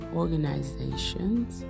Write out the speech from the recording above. organizations